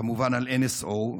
כמובן על NSO,